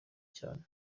cyane